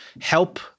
help